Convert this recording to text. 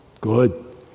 Good